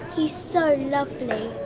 he's so lovely.